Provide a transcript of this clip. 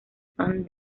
fans